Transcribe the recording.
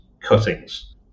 cuttings